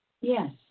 Yes